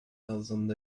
thousand